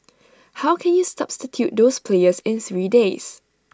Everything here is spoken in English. how can you substitute those players in three days